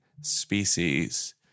species